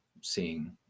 seeing